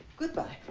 goodbye.